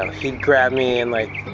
he'd grab me and like